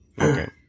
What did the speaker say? Okay